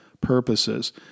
Purposes